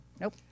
Nope